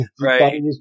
Right